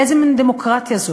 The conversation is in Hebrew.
איזה מין דמוקרטיה זאת?